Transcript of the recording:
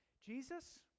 Jesus